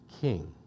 king